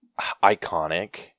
iconic